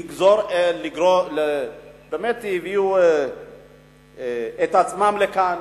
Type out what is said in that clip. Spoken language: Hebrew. באמת הביאו את עצמם לכאן,